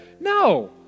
No